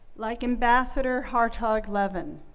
like ambassador hartog levin,